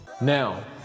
now